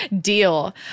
Deal